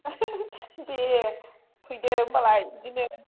दे फैदो होमबालाय बिदिनो